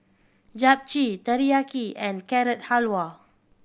Japchae Teriyaki and Carrot Halwa